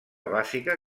bàsica